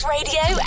Radio